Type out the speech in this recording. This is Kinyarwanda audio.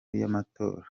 y’amatora